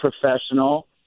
professional